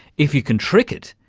if you can trick it,